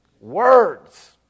Words